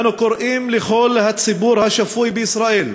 אנו קוראים לכל הציבור השפוי בישראל,